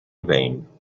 vain